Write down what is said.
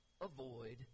avoid